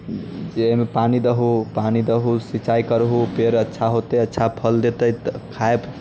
जे ओइमे पानि दहू पानि दहू सिञ्चाइ करहू पेड़ अच्छा होतै अच्छा फल देते तऽ खायब